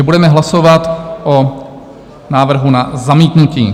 Budeme hlasovat o návrhu na zamítnutí.